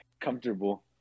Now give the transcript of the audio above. comfortable